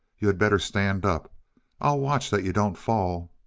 you had better stand up i'll watch that you don't fall.